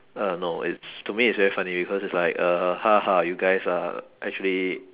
uh no it's to me it's very funny because it's like uh ha ha you guys are actually